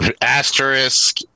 asterisk